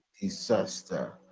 disaster